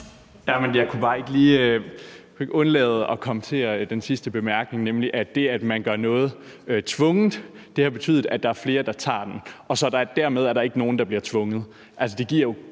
Jeg kunne bare ikke lige undlade at kommentere den sidste bemærkning, nemlig at det, at man gør noget tvungent, har betydet, at der er flere, der tager den, og at der dermed ikke er nogen, der bliver tvunget.